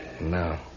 No